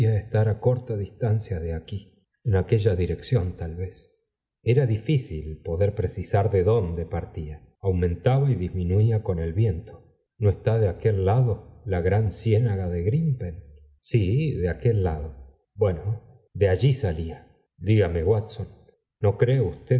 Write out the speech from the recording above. á corta distancia de aquí en aquella dirección tal vez era difícil poder precisar de dónde partía aumentaba y disminuía con el viento no está de aquel lado la gran ciénaga de grimpenv sf de aquel lado bueno de allí salía dígame w r atson no cree usted